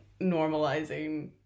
normalizing